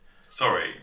Sorry